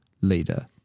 leader